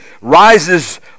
rises